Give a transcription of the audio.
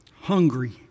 hungry